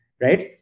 Right